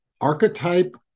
archetype